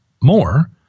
more